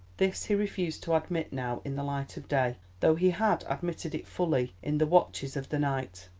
this he refused to admit now in the light of day, though he had admitted it fully in the watches of the night.